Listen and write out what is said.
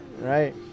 Right